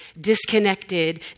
disconnected